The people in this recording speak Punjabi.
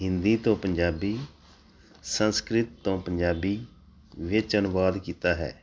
ਹਿੰਦੀ ਤੋਂ ਪੰਜਾਬੀ ਸੰਸਕ੍ਰਿਤ ਤੋਂ ਪੰਜਾਬੀ ਵਿਚ ਅਨੁਵਾਦ ਕੀਤਾ ਹੈ